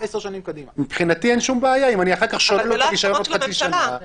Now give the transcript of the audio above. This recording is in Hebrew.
אז אני אומר שזה עניין של טכניקה אבל